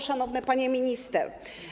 Szanowna Pani Minister!